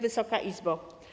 Wysoka Izbo!